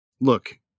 Look